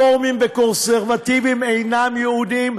שאומרים שרפורמים וקונסרבטיבים אינם יהודים,